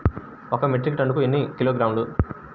ఒక మెట్రిక్ టన్నుకు ఎన్ని కిలోగ్రాములు?